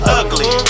ugly